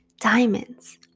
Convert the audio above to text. diamonds